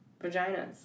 Vaginas